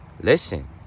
Listen